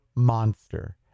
monster